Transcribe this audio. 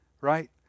right